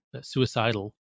suicidal